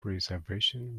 preservation